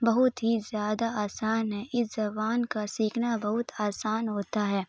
بہت ہی زیادہ آسان ہے اس زبان کا سیکھنا بہت آسان ہوتا ہے